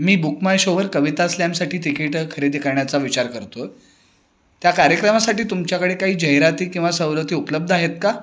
me book my शोवर कविता स्लॅमसाठी तिकीट खरेदी करण्याचा विचार करतो आहे त्या कार्यक्रमासाठी तुमच्याकडे काही जाहिराती किंवा सवलती उपलब्ध आहेत का